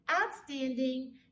outstanding